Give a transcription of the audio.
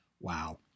Wow